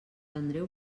andreu